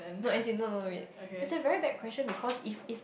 no as in no no wait it's a very bad question because if it's